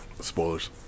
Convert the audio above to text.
Spoilers